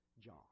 John